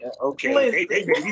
okay